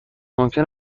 ممکن